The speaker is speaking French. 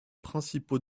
principaux